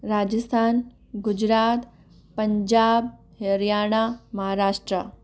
Rajasthan Gujarat Punjab Haryana Maharashtra